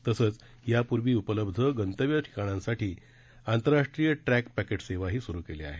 तसंच यापूर्वी उपलब्ध गंतव्य ठिकाणांसाठी आंतरराष्ट्रीय ट्रक्तिपैकेट सेवाही सुरु केली आहे